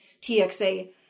txa